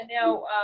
now